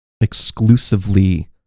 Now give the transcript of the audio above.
exclusively